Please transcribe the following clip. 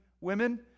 women